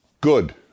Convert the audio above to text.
Good